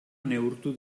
neurtu